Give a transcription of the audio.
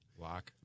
Lock